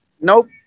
Nope